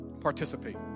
Participate